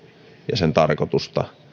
ja sen tarkoitusta